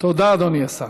תודה, אדוני השר.